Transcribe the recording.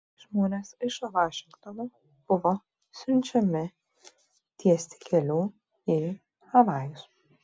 žmonės iš vašingtono buvo siunčiami tiesti kelių į havajus